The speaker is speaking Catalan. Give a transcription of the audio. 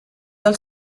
del